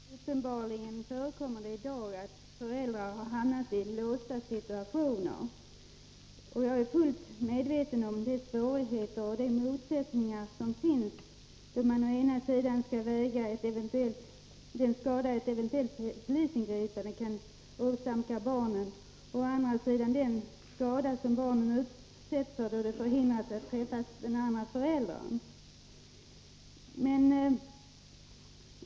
Herr talman! Uppenbarligen förekommer det att föräldrarna har hamnat i en låst situation. Jag är helt medveten om svårigheterna och motsättningarna då man skall väga mellan å ena sidan den skada som ett eventuellt polisingripande kan åsamka barnen och å andra sidan den skada som barnen utsätts för då de förhindrats att träffa den andra föräldern.